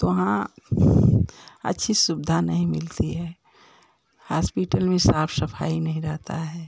तो वहाँ अच्छी सुविधा नहीं मिलती है हास्पिटल में साफ सफाई नहीं रहता है